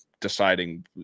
deciding